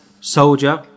soldier